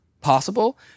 possible